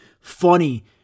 funny